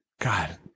God